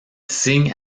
signe